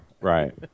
Right